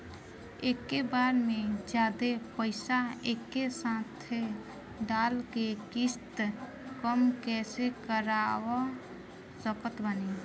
एके बार मे जादे पईसा एके साथे डाल के किश्त कम कैसे करवा सकत बानी?